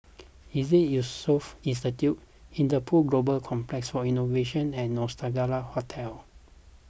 Iseas Yusof Ishak Institute Interpol Global Complex for Innovation and Nostalgia Hotel